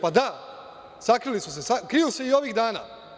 Pa da, sakrili su se, kriju se i ovih dana.